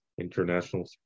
international